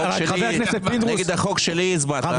נגד החוק שלי הצבעת.